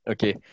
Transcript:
Okay